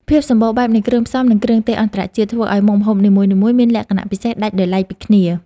ភាពសម្បូរបែបនៃគ្រឿងផ្សំនិងគ្រឿងទេសអន្តរជាតិធ្វើឱ្យមុខម្ហូបនីមួយៗមានលក្ខណៈពិសេសដាច់ដោយឡែកពីគ្នា។